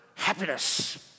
happiness